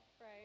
Right